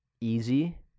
easy